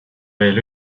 veel